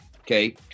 okay